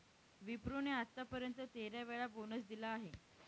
विप्रो ने आत्तापर्यंत तेरा वेळा बोनस दिला आहे